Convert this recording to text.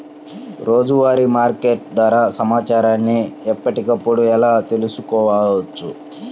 రోజువారీ మార్కెట్ ధర సమాచారాన్ని ఎప్పటికప్పుడు ఎలా తెలుసుకోవచ్చు?